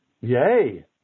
yay